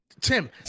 Tim